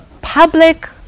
public